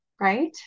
right